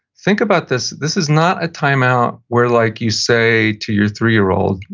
think about this, this is not a time-out where like you say to your three year old,